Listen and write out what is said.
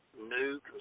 new